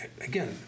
Again